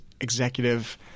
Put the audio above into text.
executive